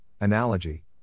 Analogy